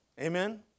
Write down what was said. Amen